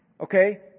Okay